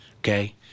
okay